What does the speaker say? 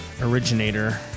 originator